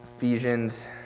Ephesians